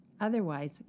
Otherwise